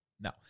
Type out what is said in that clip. No